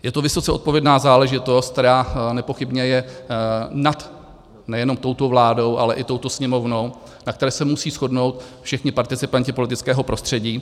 Je to vysoce odpovědná záležitost, která nepochybně je nad nejenom touto vládou, ale i touto Sněmovnou, na které se musí shodnout všichni participanti politického prostředí.